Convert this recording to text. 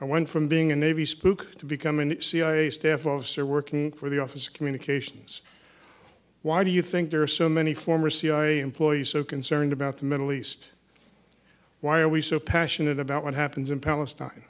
i went from being a navy spook to become an cia staff officer working for the office communications why do you think there are so many former cia employees so concerned about the middle east why are we so passionate about what happens in palestine